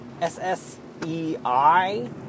S-S-E-I